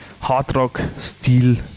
Hardrock-Stil